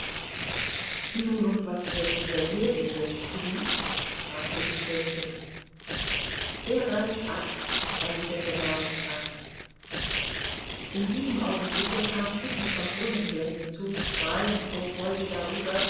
nun und was wird dieser ljewin jetzt tun fragte die fürstin er reist ab erwiderte warjenka in diesem augenblicke kam kitty vom brunnen her hinzu strahlend vor freude darüber